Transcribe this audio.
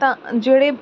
ਤਾਂ ਜਿਹੜੇ